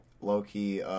Low-key